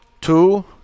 two